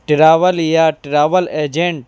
travel یا travel agent